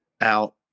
out